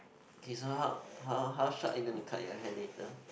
K so how how how short are you gonna cut your hair later